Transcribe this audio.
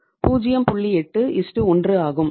8 1 ஆகும்